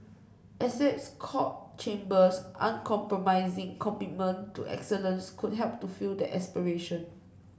Essex Court Chambers uncompromising commitment to excellence could help to fulfil that aspiration